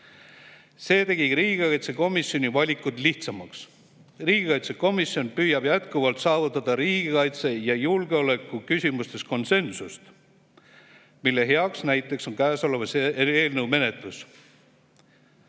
See tegigi riigikaitsekomisjoni valikud lihtsamaks. Riigikaitsekomisjon püüab jätkuvalt saavutada riigikaitse ja julgeoleku küsimustes konsensust. Selle hea näide on kõnealuse eelnõu menetlus.